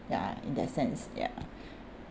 ya in that sense ya